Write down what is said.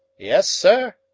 yes, sir?